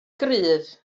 gryf